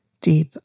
deep